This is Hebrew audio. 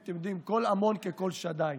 אתם יודעים, קול המון כקול שדיי.